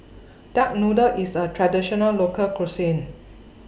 Duck Noodle IS A Traditional Local Cuisine